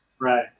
Right